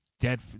Dead